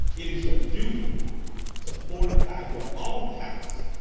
it is your duty to fortify your own house,